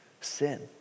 Sin